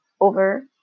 over